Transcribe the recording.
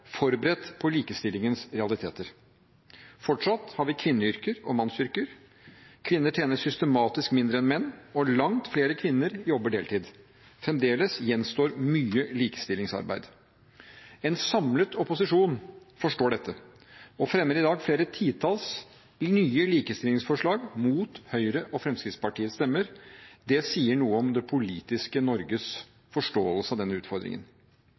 forberedt på likestillingens realiteter. Fortsatt har vi kvinneyrker og mannsyrker, kvinner tjener systematisk mindre enn menn, og langt flere kvinner jobber deltid. Fremdeles gjenstår mye likestillingsarbeid. En samlet opposisjon forstår dette og fremmer i dag flere titalls nye likestillingsforslag – mot Høyre og Fremskrittspartiets stemmer. Det sier noe om det politiske Norges forståelse av denne utfordringen.